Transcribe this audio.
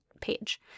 page